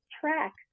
track